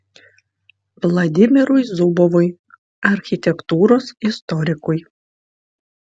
vladimirui zubovui architektūros istorikui